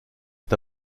est